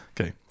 Okay